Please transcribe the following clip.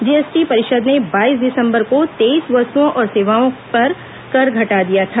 GST परिषद ने बाईस दिसम्बर को तेईस वस्तुओं और सेवाओं पर कर घटा दिया था